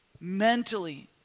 mentally